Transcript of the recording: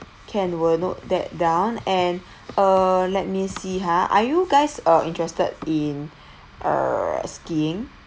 can will note that down and uh let me see ha are you guys uh interested in uh skiing